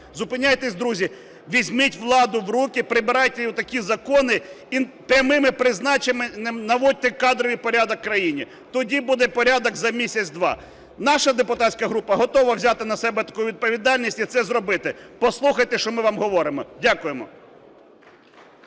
Зупиняйтесь, друзі! Візьміть владу в руки, прибирайте отакі закони і прямими призначеннями наводьте кадровий порядок в країні, тоді буде порядок за місяць-два. Наша депутатська група готова взяти на себе таку відповідальність і це зробити. Послухайте, що ми вам говоримо. Дякуємо.